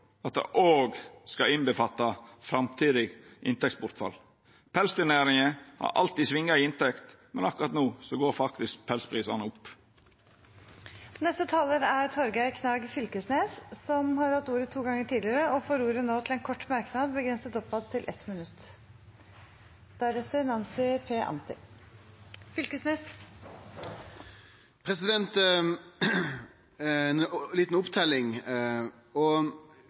at det òg skal omfatta framtidig inntektsbortfall. Pelsdyrnæringa har alltid svinga i inntekt, men akkurat no går faktisk pelsprisane opp. Representanten Torgeir Knag Fylkesnes har hatt ordet to ganger tidligere og får ordet til en kort merknad, begrenset til 1 minutt. Ei lita oppteljing: Etter debatten og